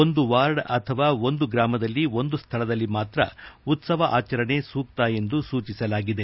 ಒಂದು ವಾರ್ಡ್ ಅಥವಾ ಒಂದು ಗ್ರಾಮದಲ್ಲಿ ಒಂದು ಸ್ಥಳದಲ್ಲಿ ಮಾತ್ರ ಉತ್ಸವ ಆಚರಣೆ ಸೂಕ್ತ ಎಂದು ಸೂಚಿಸಲಾಗಿದೆ